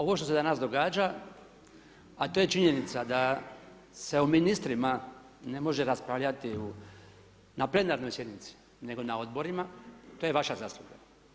Ovo što se danas događa, a to je činjenica da se o ministrima ne može raspravljati na plenarnoj sjednici nego na odborima to je vaša zasluga.